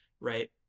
Right